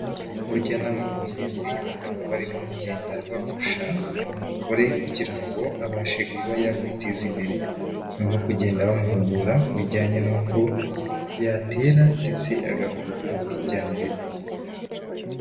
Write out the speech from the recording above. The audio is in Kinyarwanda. Abajyanama b'ubuhinzi bakaba barimo kugenda bafasha uyu mugore kugira ngo abashe kuba yakwiteza imbere, barimo kugenda bamuhugura ku bijyanye n'uko yatera ndetse agakora kijyambere.